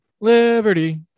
Liberty